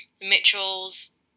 Mitchell's